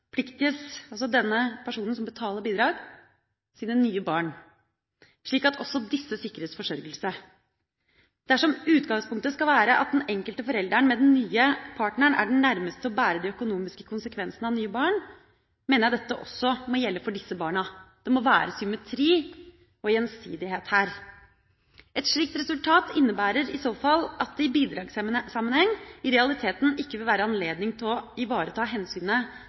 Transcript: bidragspliktiges, altså denne personen som betaler bidrag, nye barn, slik at også disse sikres forsørgelse. Dersom utgangspunktet skal være at den enkelte forelderen med den nye partneren er den nærmeste til å bære de økonomiske konsekvensene av nye barn, mener jeg dette også må gjelde for disse barna. Det må være symmetri og gjensidighet her. Et slikt resultat innebærer i så fall at det i bidragssammenheng i realiteten ikke vil være anledning til å ivareta hensynet